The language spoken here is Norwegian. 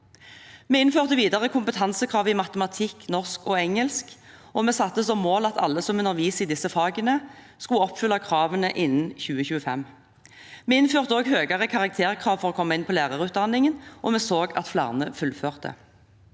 Vi innførte videre kompetansekrav i matematikk, norsk og engelsk, og vi satte som mål at alle som underviser i disse fagene, skulle oppfylle kravene innen 2025. Vi innførte også høyere karakterkrav for å komme inn på lærerutdanningen – og vi så at flere fullførte.